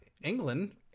England